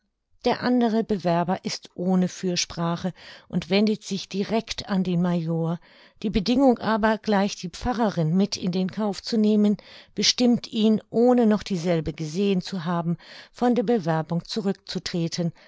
der andere bewerber ist ohne fürsprache und wendet sich direct an den major die bedingung aber gleich die pfarrerin mit in den kauf zu nehmen bestimmt ihn ohne noch dieselbe gesehen zu haben von der bewerbung zurück